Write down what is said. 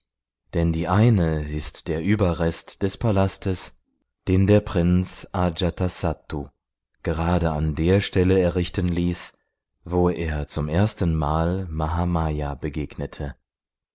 denn die eine ist der überrest des palastes den der prinz ajatasattu gerade an der stelle errichten ließ wo er zum erstenmal mahamaya begegnete